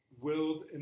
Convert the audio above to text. willed